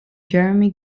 jeremy